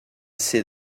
see